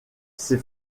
ses